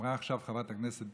אמרה עכשיו חברת הכנסת